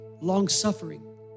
long-suffering